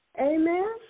Amen